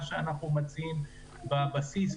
ומה שאנחנו מציעים בבסיס,